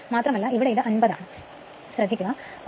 മാത്രമല്ല ഇവിടെ ഇത് 50 ആണ് അതിനാൽ 1